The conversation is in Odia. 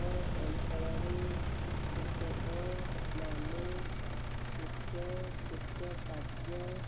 ଆମ ଅଞ୍ଚଳରେ କୃଷକମାନେ କୃଷି କୃଷି କାର୍ଯ୍ୟ